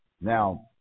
Now